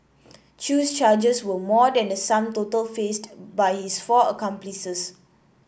Chew's charges were more than the sum total faced by his four accomplices